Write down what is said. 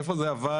איפה זה עבד,